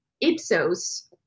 Ipsos